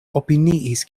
opiniis